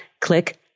click